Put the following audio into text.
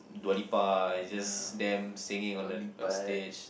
Dua Lipa just them singing on the on stage